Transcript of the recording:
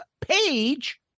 page